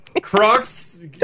crocs